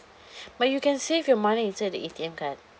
ma you can save your money inside the A_T_M card